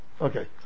Okay